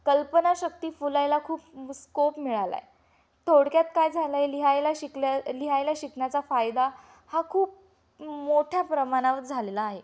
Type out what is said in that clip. कल्पनाशक्ती फुलायला खूप स्कोप मिळाला आहे थोडक्यात काय झालं आहे लिहायला शिकल्या लिहायला शिकण्याचा फायदा हा खूप मोठ्या प्रमाणावर झालेला आहे